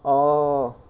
oh